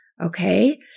Okay